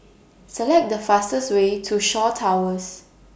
Select The fastest Way to Shaw Towers